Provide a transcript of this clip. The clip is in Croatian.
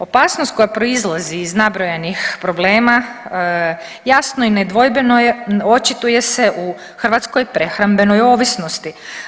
Opasnost koja proizlazi iz nabrojanih problema jasno i nedvojbeno je očituje se u hrvatskoj prehrambenoj ovisnosti.